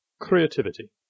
Creativity